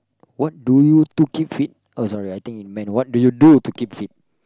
what do you to keep fit oh sorry I think it meant what do you do to keep fit